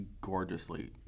gorgeously